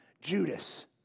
Judas